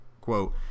quote